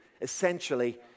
essentially